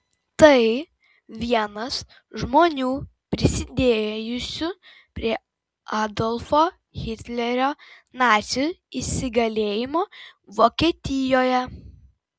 tai vienas žmonių prisidėjusių prie adolfo hitlerio nacių įsigalėjimo vokietijoje